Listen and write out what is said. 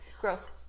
gross